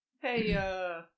Hey